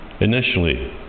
Initially